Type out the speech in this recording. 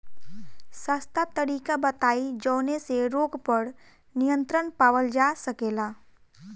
सस्ता तरीका बताई जवने से रोग पर नियंत्रण पावल जा सकेला?